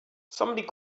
somebody